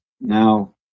Now